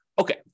Okay